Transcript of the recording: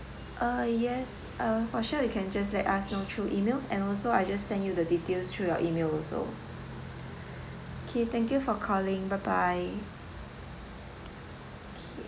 um yes uh for sure you can just let us know through email and also I just send you the details through your email also okay thank you for calling bye bye